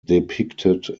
depicted